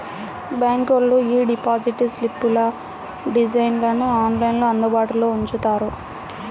బ్యాంకులోళ్ళు యీ డిపాజిట్ స్లిప్పుల డిజైన్లను ఆన్లైన్లో అందుబాటులో ఉంచుతారు